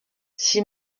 six